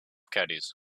caddies